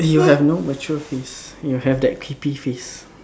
you have no mature face you have that creepy face